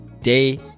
day